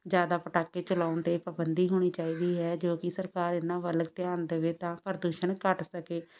ਜ਼ਿਆਦਾ ਪਟਾਕੇ ਚਲਾਉਣ 'ਤੇ ਪਾਬੰਦੀ ਹੋਣੀ ਚਾਹੀਦੀ ਹੈ ਜੋ ਕਿ ਸਰਕਾਰ ਇਹਨਾਂ ਵੱਲ ਧਿਆਨ ਦੇਵੇ ਤਾਂ ਪ੍ਰਦੂਸ਼ਣ ਘੱਟ ਸਕੇ